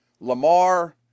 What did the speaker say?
Lamar